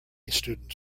students